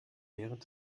während